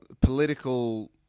political